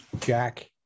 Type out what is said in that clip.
Jack